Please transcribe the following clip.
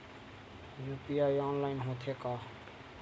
UPI online होथे का?